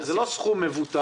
הספרייה, זה סכום לא מבוטל.